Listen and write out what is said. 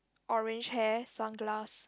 orange hair sunglass